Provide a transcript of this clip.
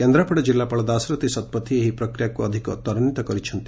କେନ୍ଦ୍ରାପଡ଼ା କିଲ୍ଲାପାଳ ଦାଶରଥୀ ଶତପଥୀ ଏହି ପ୍ରକ୍ରିୟାକୁ ଅଧିକ ତ୍ୱରାନ୍ୱିତ କରିଛନ୍ତି